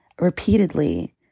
repeatedly